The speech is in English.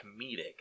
comedic